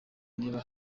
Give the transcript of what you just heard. niba